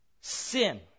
Sin